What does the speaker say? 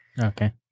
Okay